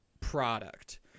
product